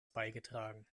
beigetragen